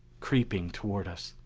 creeping toward us.